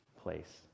place